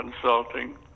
consulting